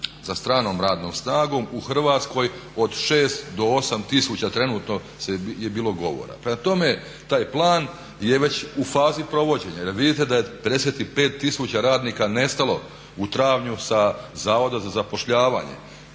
za stranom radnom snagom u Hrvatskoj od 6 do 8 tisuća trenutno je bilo govora. Prema tome, taj plan je već u fazi provođenja jer vidite da je 55 tisuća radnika nestalo u travnju sa Zavoda za zapošljavanje.